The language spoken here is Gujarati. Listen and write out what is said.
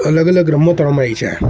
અલગ અલગ રમત રમાય છે